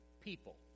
people